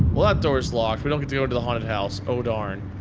well that door is locked, we don't get to go into the haunted house, oh darn.